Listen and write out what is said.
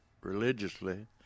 religiously